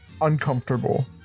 uncomfortable